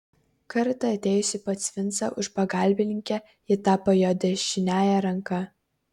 kartą atėjusi pas vincą už pagalbininkę ji tapo jo dešiniąja ranka